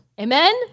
Amen